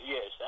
Yes